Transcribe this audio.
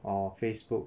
or Facebook